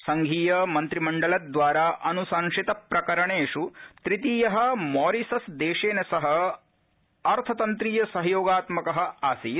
संघीयमन्त्रिमण्डलद्वारा अनुशंसित प्रकरणेषु तृतीय मॉरिसस देशेन सह अर्थतंत्रीय सहयोगात्मक आसीत